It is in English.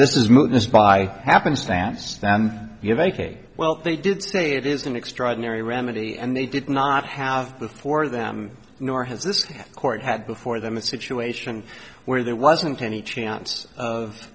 this is moved just by happenstance than you have a case well they did say it is an extraordinary remedy and they did not have before them nor has this court had before them a situation where there wasn't any chance